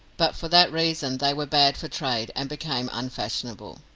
but for that reason they were bad for trade, and became unfashionable.